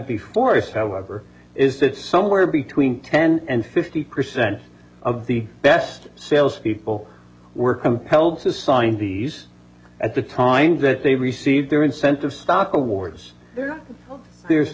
before us however is that somewhere between ten and fifty percent of the best salespeople were compelled to sign these at the time that they received their incentive stock awards there's